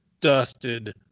dusted